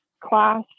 class